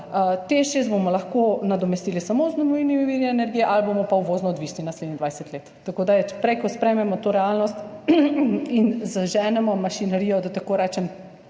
TEŠ 6 bomo lahko nadomestili samo z obnovljivimi viri energije ali bomo pa uvozno odvisni naslednji 20 let. Tako da prej ko sprejmemo to realnost in zaženemo mašinerijo, da tako rečem,